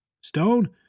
Stone